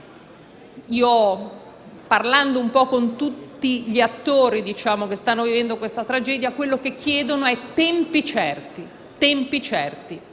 Parlando un po' con tutti gli attori che stanno vivendo questa tragedia, quello che chiedono sono tempi certi, per